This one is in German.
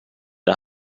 der